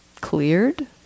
cleared